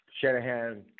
Shanahan